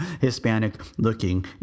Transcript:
Hispanic-looking